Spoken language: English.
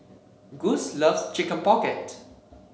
Gus loves Chicken Pocket